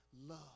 love